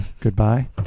goodbye